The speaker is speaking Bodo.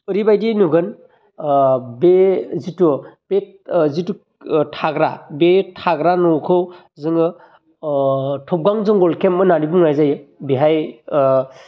ओरैबायदि नुगोन बे जिहेतु बे जितु थाग्रा बे थाग्रा न'खौ जोङो थबगां जंगल केम्प होन्नानै बुंनाय जायो बेहाय